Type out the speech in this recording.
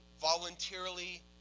voluntarily